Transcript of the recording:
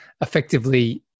effectively